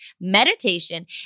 meditation